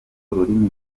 ururimi